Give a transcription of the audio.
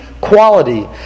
quality